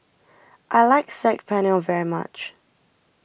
I like Saag Paneer very much